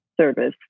service